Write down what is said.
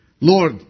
Lord